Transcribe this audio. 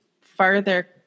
further